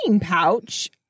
pouch